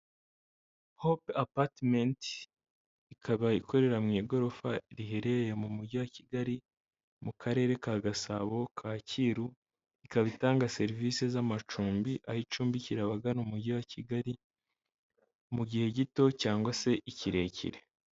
Hope apatimenti ikaba ikorera mu igorofa riherereye mu mujyi wa Kigali mu karere ka Gasabo Kacyiru, ikaba itanga serivisi z'amacumbi aho icumbikira abagana umujyi wa Kigali mu gihe gito cyangwa se ikirekire.